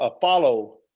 follow